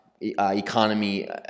economy